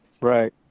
Right